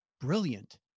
brilliant